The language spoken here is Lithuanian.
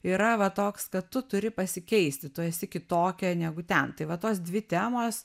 yra va toks kad tu turi pasikeisti tu esi kitokia negu ten tai va tos dvi temos